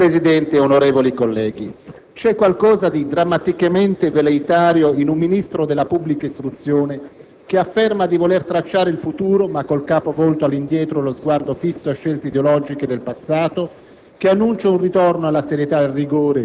Signor Presidente, onorevoli colleghi, c'è qualcosa di drammaticamente velleitario in un Ministro della pubblica istruzione che afferma di voler tracciare il futuro ma con il capo volto all'indietro e lo sguardo fisso a scelte ideologiche del passato;